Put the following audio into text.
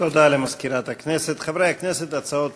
התשע"ו 2016, מאת חברי הכנסת קארין